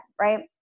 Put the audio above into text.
right